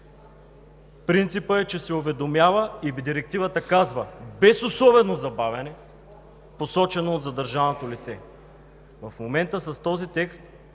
Принципът е, че се уведомява и Директивата казва „без особено забавяне, посочено от задържаното лице“. В момента с този текст